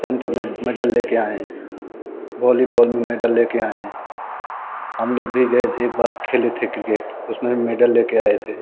jump में medal लेके आए हैं बॉलीबॉल में मेडल लेके आए हैं हम लोग भी गए एक बार खेले थे क्रिकेट उसमें भी मेडल लेके आए थे